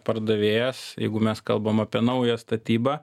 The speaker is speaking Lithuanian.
pardavėjas jeigu mes kalbam apie naują statybą